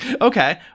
okay